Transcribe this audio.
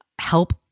help